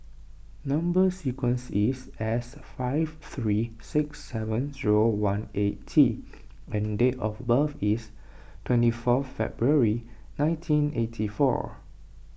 Number Sequence is S five three six seven zero one eight T and date of birth is twenty four February nineteen eighty four